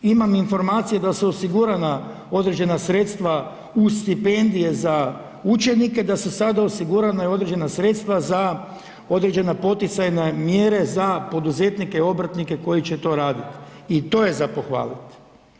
Imam informacije da su osigurana određena sredstva uz stipendije za učenike, da su sada osigurana određena sredstva za određena poticajne mjere za poduzetnike obrtnike koji će to raditi i to je za pohvalit.